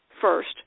first